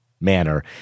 manner